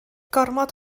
gormod